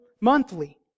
monthly